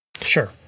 Sure